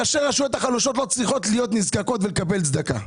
ראשי הרשויות החלשות לא צריכות להיות נזקקות ולקבל צדקה.